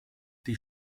die